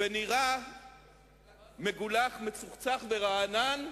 ונראה מגולח, מצוחצח ורענן,